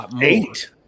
eight